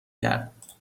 کرد